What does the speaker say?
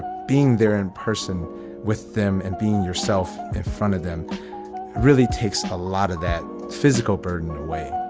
being there in person with them and being yourself in front of them really takes a lot of that physical burden away